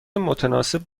متناسب